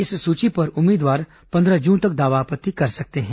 इस सूची पर उम्मीदवार पंद्रह जून तक दावा आपत्ति कर सकते हैं